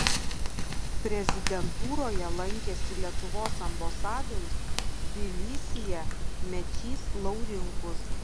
prezidentūroje lankėsi lietuvos ambasadorius tbilisyje mečys laurinkus